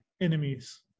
enemies